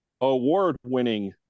award-winning